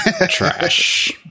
trash